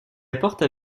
apporte